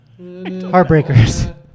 Heartbreakers